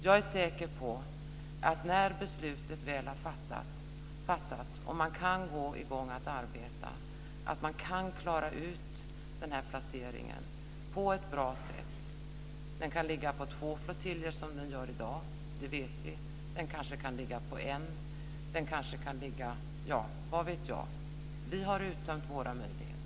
Jag är säker på att när beslutet väl har fattats och det går att komma i gång med arbetet att det går att klara placeringen på ett bra sätt. Utbildningen kan ligga på två flottiljer som den gör i dag. Den kanske kan ligga på en - vad vet jag. Vi har uttömt våra möjligheter.